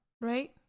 right